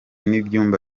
n’ibyumba